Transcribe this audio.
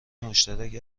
مشترک